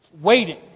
waiting